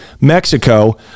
Mexico